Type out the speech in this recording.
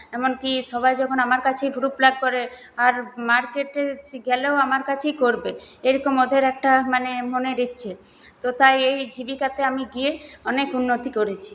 এমনকি সবাই যখন আমার কাছেই ভ্রু প্লাক করে আর মার্কেটে গেলেও আমার কাছেই করবে এরকম ওদের একটা মানে মনের ইচ্ছে তো তাই এই জীবিকাতে আমি গিয়ে অনেক উন্নতি করেছি